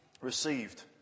received